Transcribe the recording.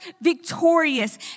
victorious